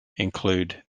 include